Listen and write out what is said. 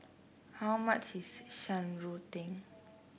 how much is Shan Rui Tang